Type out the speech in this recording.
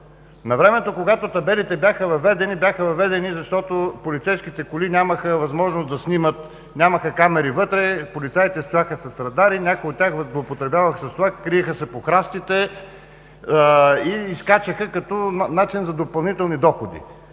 Навремето, когато табелите бяха въведени, бяха въведени, защото полицейските коли нямаха възможност да снимат, нямаха камери вътре, полицаите стояха с радари, някои от тях злоупотребяваха с това, криеха се по храстите и изскачаха – като начин за допълнителни доходи.